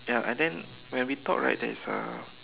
ya and then when we talk right there's a